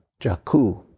Jaku